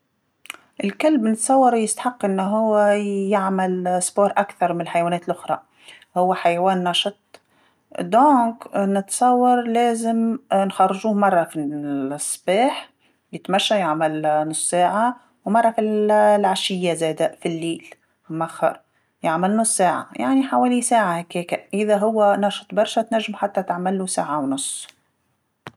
الكلب نتصور يستحق أنو هو يعمل رياضة أكثر من الحيوانات لخرا، هو حيوان نشط اذن نتصور لازم نخرجوه مره في الصباح يتمشى يعمل نص ساعه ومره فال- العشيه زاده، فالليل، مع اللخر، يعمل نص ساعه يعني حوالي ساعه هاكاه، يعني اذا هو نشط برشا تنجم حتى تعلمو ساعه ونص.